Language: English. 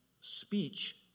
speech